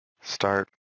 start